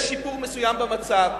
יש שיפור מסוים במצב.